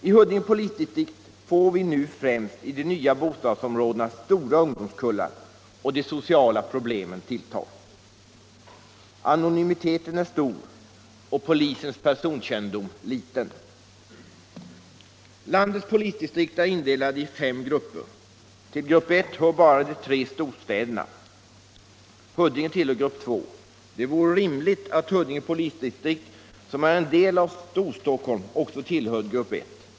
I Huddinge polisdistrikt får vi nu främst i de nya bostadsområdena stora ungdomskullar, och de sociala problemen tilltar. Anonymiteten är stor, och polisens personkännedom liten. Landets polisdistrikt är indelade i fem grupper. Till grupp 1 hör bara de tre storstäderna. Huddinge tillhör grupp 2. Det vore rimligt att Huddinge polisdistrikt, som är en del av Storstockholm, också tillhörde grupp 1.